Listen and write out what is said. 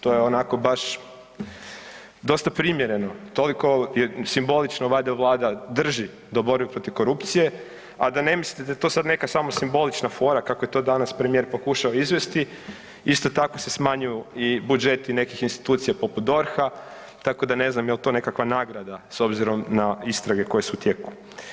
To je onako baš dosta primjereno, toliko simbolično valjda Vlada drži do borbe protiv korupcije, a da ne mislite da je to sad neka samo simbolična fora kako je to danas premijer pokušao izvesti isto tako se smanjuju budžeti nekih institucija poput DORH-a tako da ne znam jel to nekakva nagrada s obzirom na istrage koje su u tijeku.